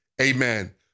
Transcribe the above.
Amen